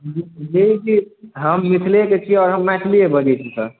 जी जी हम मिथिले कऽ छी आओर हम मैथिलीये बजैत छी सर